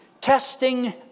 testing